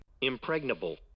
Impregnable